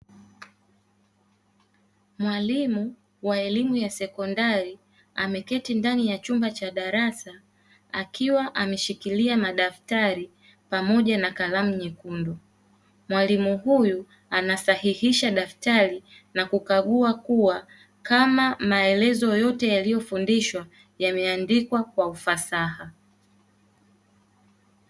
Mwalimu wa elimu ya sekondari ameketi ndani ya chumba cha darasa akiwa ameshikilia madaftari pamoja na kalamu nyekundu, mwalimu huyu anasahihisha daftari na kukagua kuwa kama maelezo yote yaliyofundishwa yameandikwa kwa ufasaha.